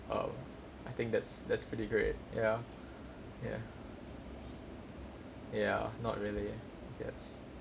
um I think that's that's pretty good ya ya ya not really I guess